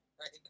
right